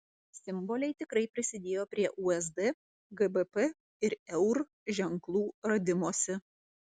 simboliai tikrai prisidėjo prie usd gbp ir eur ženklų radimosi